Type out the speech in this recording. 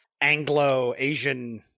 Anglo-Asian